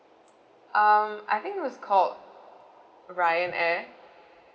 um I think it was called rayyan air